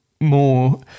more